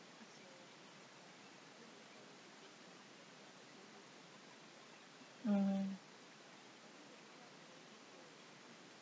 mmhmm